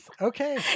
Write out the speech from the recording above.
Okay